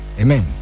Amen